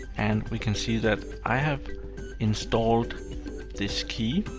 and we can see that i have installed this key,